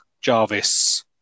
Jarvis